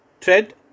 thread